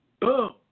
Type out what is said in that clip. boom